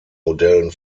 modellen